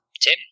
Tim